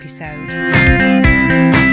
episode